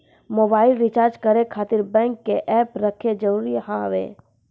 Mobile recharge करे खातिर bank के ऐप रखे जरूरी हाव है?